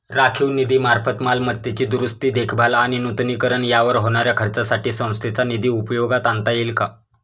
राखीव निधीमार्फत मालमत्तेची दुरुस्ती, देखभाल आणि नूतनीकरण यावर होणाऱ्या खर्चासाठी संस्थेचा निधी उपयोगात आणता येईल का?